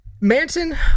Manson